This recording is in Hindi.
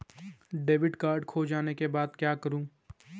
डेबिट कार्ड खो जाने पर क्या करूँ?